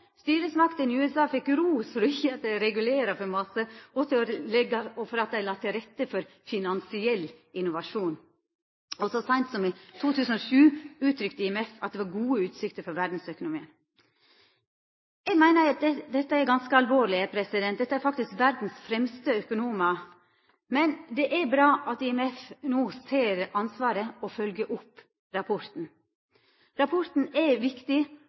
styresmaktene i USA fekk ros for ikkje å regulera for mykje, og for at dei la til rette for finansiell innovasjon! Så seint som i 2007 uttrykte IMF at det var gode utsikter for verdsøkonomien. Eg meiner at dette er ganske alvorleg. Dette er faktisk verdas fremste økonomar. Men det er bra at IMF no ser ansvaret, og følgjer opp rapporten. Rapporten er viktig,